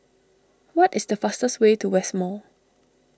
what is the fastest way to West Mall